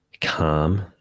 calm